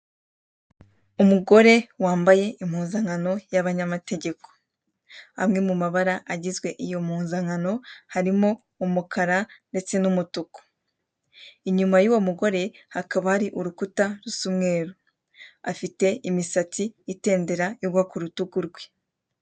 Umugore wambaye impuzankano y'abanyamategeko, amwe mu mabara agizwe iyo mpuzankano harimo umukara ndetse n'umutuku, inyuma yuwo mugore hakaba hari urukuta rusa umweru, afite imisatsi itendera igwa kurutugu rwe.